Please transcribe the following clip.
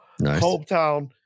Hometown